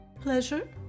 pleasure